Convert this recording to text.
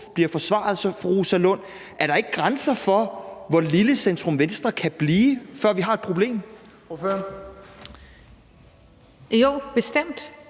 Så, fru Rosa Lund, er der ikke grænser for, hvor lille centrum-venstre kan blive, før vi har et problem? Kl.